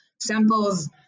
samples